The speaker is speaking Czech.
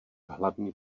hlavní